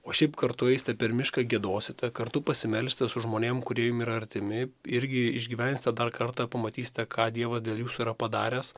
o šiaip kartu eisite per mišką giedosite kartu pasimelsite su žmonėm kurie jum yra artimi irgi išgyvensite dar kartą pamatysite ką dievas dėl jūsų yra padaręs